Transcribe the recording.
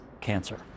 Cancer